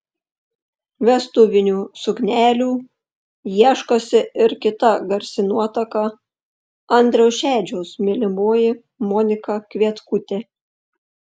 vestuvinių suknelių ieškosi ir kita garsi nuotaka andriaus šedžiaus mylimoji monika kvietkutė